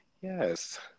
yes